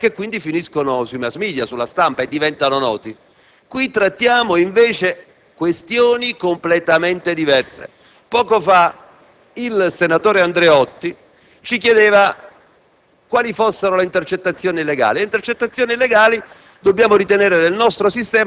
non illegali come queste, l'utilizzazione delle quali viene distorta e che quindi finiscono sui *mass* *media*, sulla stampa e diventano note. In questa sede trattiamo invece questioni completamente diverse. Poco fa il senatore Andreotti